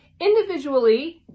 individually